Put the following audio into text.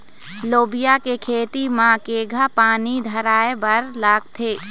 लोबिया के खेती म केघा पानी धराएबर लागथे?